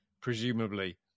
presumably